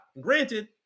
Granted